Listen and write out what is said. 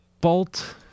Bolt